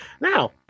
now